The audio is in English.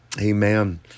amen